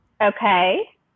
Okay